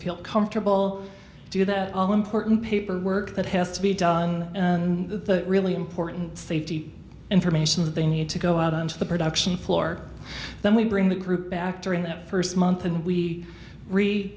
feel comfortable do that all important paperwork that has to be done the really important safety information that they need to go out on to the production floor then we bring the crew back during that first month and we rea